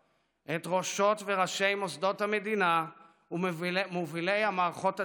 את ראשות וראשי מוסדות המדינה ומובילי המערכות הציבוריות,